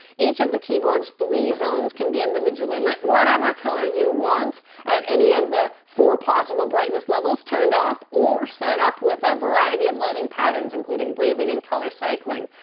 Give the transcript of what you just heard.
each of the keyboard's three zones can be individually lit whatever colour you want at any of the four possible brightness levels, turned off, or set up with a variety of lighting patterns including breathing and colour cycling.